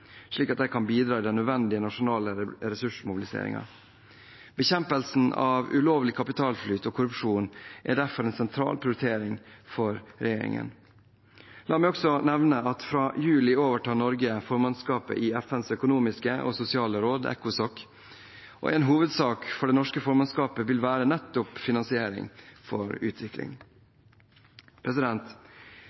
slik at de kan bidra i den nødvendige nasjonale ressursmobiliseringen. Bekjempelsen av ulovlig kapitalflyt og korrupsjon er derfor en sentral prioritering for regjeringen. La meg også nevne at fra juli overtar Norge formannskapet i FNs økonomiske og sosiale råd – ECOSOC. En hovedsak for det norske formannskapet vil være nettopp finansiering for utvikling.